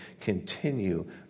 continue